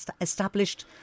established